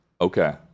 Okay